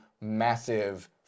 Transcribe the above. massive